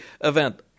event